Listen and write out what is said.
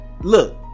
Look